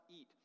eat